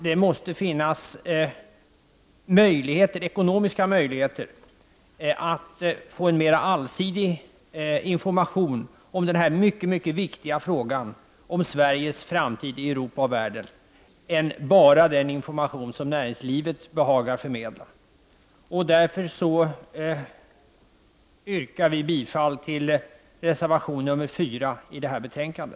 Det måste finnas ekonomiska möjligheter att få en mera allsidig information om den mycket viktiga frågan om Sveriges framtid i Europa och världen än bara den information som näringslivet behagar förmedla. Jag yrkar bifall till reservation 4 i detta betänkande.